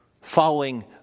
following